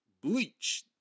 bleach